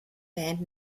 band